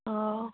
অঁ